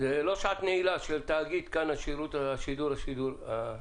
זה לא "שעת נעילה" של תאגיד השידור הציבורי.